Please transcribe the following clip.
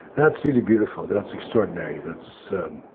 that's really beautiful. that's extraordinary. that's so